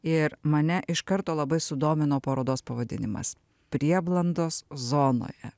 ir mane iš karto labai sudomino parodos pavadinimas prieblandos zonoje